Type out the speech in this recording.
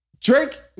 Drake